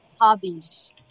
hobbies